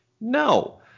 no